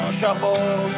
shuffle